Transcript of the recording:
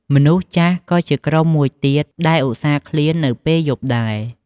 មនុស្សចាស់ក៏ជាក្រុមមួយទៀតដែលឧស្សាហ៍ឃ្លាននៅពេលយប់ដែរ។